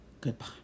goodbye